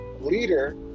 leader